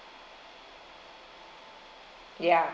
ya